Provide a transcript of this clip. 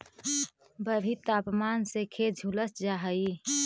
बढ़ित तापमान से खेत झुलस जा हई